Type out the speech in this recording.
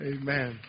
Amen